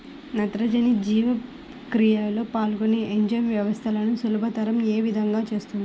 నత్రజని జీవక్రియలో పాల్గొనే ఎంజైమ్ వ్యవస్థలను సులభతరం ఏ విధముగా చేస్తుంది?